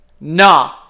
nah